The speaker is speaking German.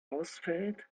ausfällt